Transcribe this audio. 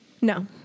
No